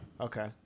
Okay